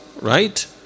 right